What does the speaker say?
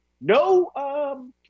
No